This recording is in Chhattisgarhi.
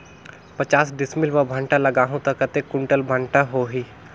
पचास डिसमिल मां भांटा लगाहूं ता कतेक कुंटल भांटा होही?